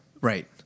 Right